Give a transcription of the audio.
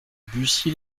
bucy